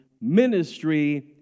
ministry